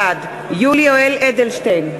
בעד יולי יואל אדלשטיין,